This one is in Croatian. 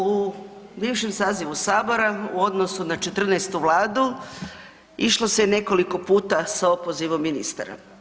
U bivšem sazivu sabora u odnosu na 14. vladu išlo se je nekoliko puta s opozivom ministara.